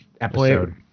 episode